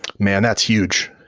man, that's huge.